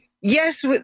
yes